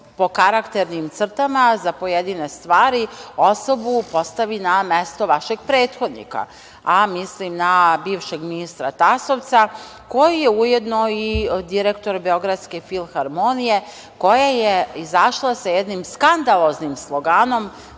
po karakternim crtama za pojedine stvari, osobu postavi na mesto vašeg prethodnika, a mislim na bivšeg ministra Tasovca, koji je ujedno i direktor Beogradske filharmonije koja je izašla sa jednim skandaloznim sloganom